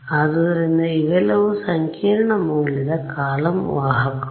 ಆದ್ದರಿಂದ ಇವೆಲ್ಲವೂ ಸಂಕೀರ್ಣ ಮೌಲ್ಯದ ಕಾಲಮ್ ವಾಹಕಗಳು